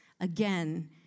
again